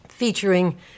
Featuring